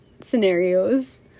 scenarios